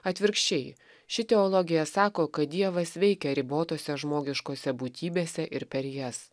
atvirkščiai ši teologija sako kad dievas veikia ribotose žmogiškose būtybėse ir per jas